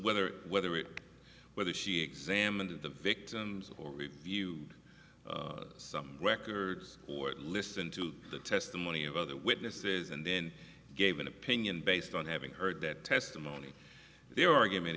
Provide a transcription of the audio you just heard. whether whether it whether she examined the victims or review some records or listen to the testimony of other witnesses and then gave an opinion based on having heard that testimony their argument